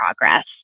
progress